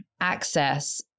access